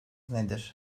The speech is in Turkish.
nedir